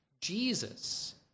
Jesus